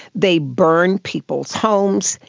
they burned people's homes,